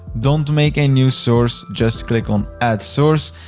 don't make a new source. just click on add source.